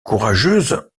courageuse